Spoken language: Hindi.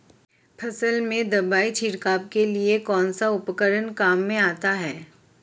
फसल में दवाई छिड़काव के लिए कौनसा उपकरण काम में आता है?